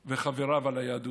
וחבריו על היהדות.